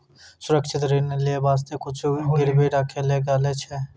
सुरक्षित ऋण लेय बासते कुछु गिरबी राखै ले लागै छै